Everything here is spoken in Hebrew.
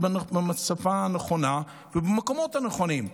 בשפה הנכונה ובמקומות הנכונים,